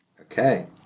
Okay